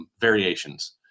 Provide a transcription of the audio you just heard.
variations